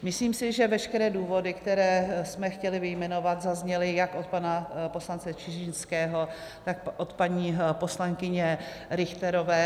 Myslím si, že veškeré důvody, které jsme chtěli vyjmenovat, zazněly jak od pana poslance Čižinského, tak od paní poslankyně Richterové.